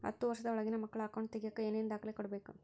ಹತ್ತುವಷ೯ದ ಒಳಗಿನ ಮಕ್ಕಳ ಅಕೌಂಟ್ ತಗಿಯಾಕ ಏನೇನು ದಾಖಲೆ ಕೊಡಬೇಕು?